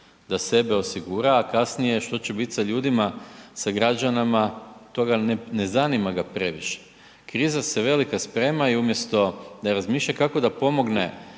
da sebe osigura, a kasnije što će bit sa ljudima, sa građanima, to ga, ne zanima ga previše. Kriza se velika sprema i umjesto da razmišlja kako da pomogne